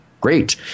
Great